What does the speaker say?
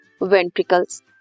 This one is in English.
ventricles